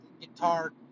guitar